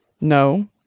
No